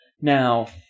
Now